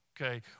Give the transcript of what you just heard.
okay